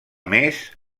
més